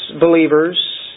believers